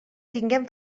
tinguen